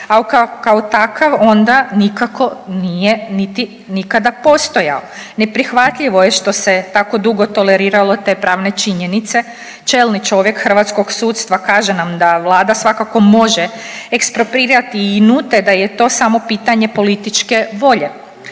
kao takav onda nikako nije niti nikada postojao. Neprihvatljivo je što se tako dugo toleriralo te pravne činjenice, čelni čovjek hrvatskog sudstva kaže nam da vlada svakako može eksproprirati i NUT-e, da je to samo pitanje političke volje.